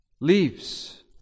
leaves